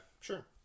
sure